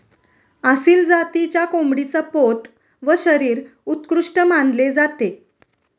आसिल जातीच्या कोंबडीचा पोत व शरीर उत्कृष्ट मानले जाते